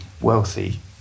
wealthy